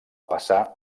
passar